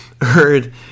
heard